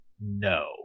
no